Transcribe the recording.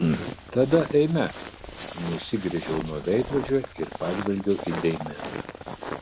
tada eime nusigręžiau nuo veidrodžio ir pažvelgiau į deimeną